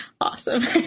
Awesome